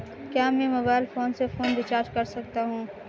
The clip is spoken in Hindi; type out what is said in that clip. क्या मैं मोबाइल फोन से फोन रिचार्ज कर सकता हूं?